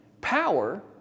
power